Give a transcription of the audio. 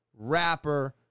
rapper